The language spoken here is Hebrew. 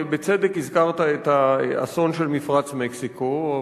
בצדק הזכרת את האסון של מפרץ מקסיקו,